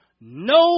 no